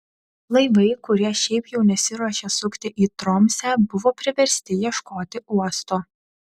laivai kurie šiaip jau nesiruošė sukti į tromsę buvo priversti ieškoti uosto